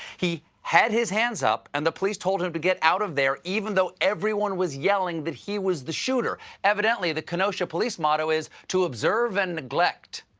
he had his hands up, and the police told him to get out of their, even though everyone was yelling that he was the shooter. evidently, the kenosha police motto is to observe and neglect.